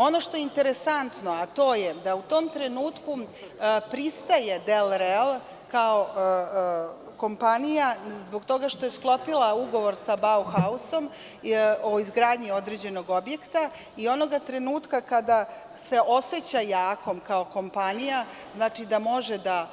Ono što je interesantno, a to je da u tom trenutku pristaje „Del real“ kao kompanija zbog toga što je sklopila ugovor sa „Bauhausom“ o izgradnji određenog objekta i onog trenutka kada se oseća jakom kao kompanija znači da može da